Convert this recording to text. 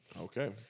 okay